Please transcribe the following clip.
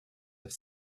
have